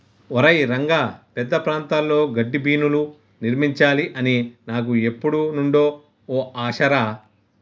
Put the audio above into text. ఒరై రంగ పెద్ద ప్రాంతాల్లో గడ్డిబీనులు నిర్మించాలి అని నాకు ఎప్పుడు నుండో ఓ ఆశ రా